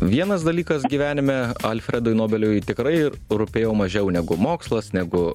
vienas dalykas gyvenime alfredui nobeliui tikrai rūpėjo mažiau negu mokslas negu